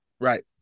Right